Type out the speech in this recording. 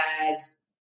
bags